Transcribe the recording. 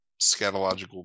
scatological